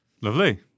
Lovely